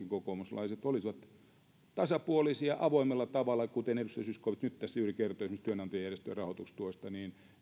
kokoomuslaiset olisivat tasapuolisia avoimella tavalla kuten edustaja zyskowicz nyt tässä juuri kertoi esimerkiksi työnantajajärjestöjen rahoitustuesta niin